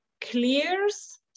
clears